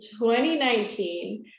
2019